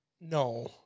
No